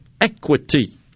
equity